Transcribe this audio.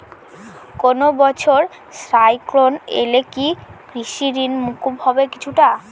কোনো বছর সাইক্লোন এলে কি কৃষি ঋণ মকুব হবে কিছুটা?